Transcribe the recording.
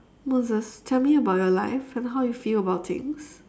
no just tell me about your life and how you feel about things